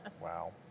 Wow